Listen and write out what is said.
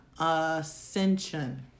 Ascension